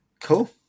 Cool